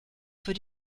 für